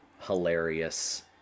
hilarious